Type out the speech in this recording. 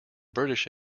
british